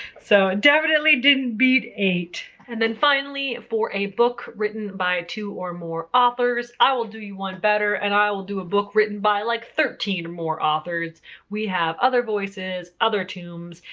so definitely didn't beat eight. and then finally, for a book written by two or more authors, i will do you one better and i will do a book written by like thirteen or more authors. we have other voices, other tombs.